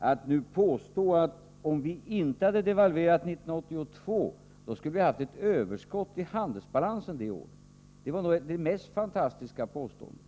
Att nu påstå att om vi inte hade devalverat 1982 hade vi haft ett överskott i handelsbalansen det året, det är ett synnerligen fantastiskt påstående.